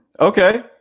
Okay